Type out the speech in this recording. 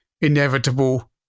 inevitable